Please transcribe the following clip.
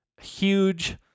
huge